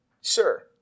sir